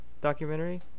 documentary